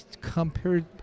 compared